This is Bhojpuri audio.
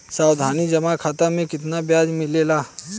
सावधि जमा खाता मे कितना ब्याज मिले ला?